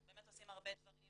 אנחנו באמת עושים הרבה דברים